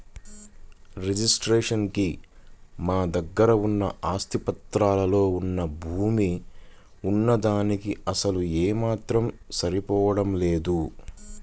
registration కి మా దగ్గర ఉన్న ఆస్తి పత్రాల్లో వున్న భూమి వున్న దానికీ అసలు ఏమాత్రం సరిపోడం లేదు